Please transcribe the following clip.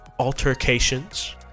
altercations